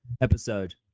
episode